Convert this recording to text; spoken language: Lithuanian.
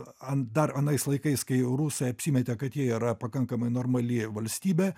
ant dar anais laikais kai rusai apsimetė kad jie yra pakankamai normali valstybė